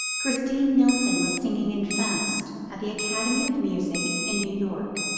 christine nilsson was singing in faust at the academy of music in new york.